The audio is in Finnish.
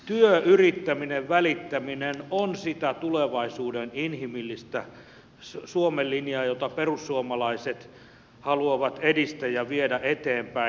työ yrittäminen välittäminen on sitä tulevaisuuden inhimillistä suomen linjaa jota perussuomalaiset haluavat edistää ja viedä eteenpäin